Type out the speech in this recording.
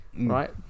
Right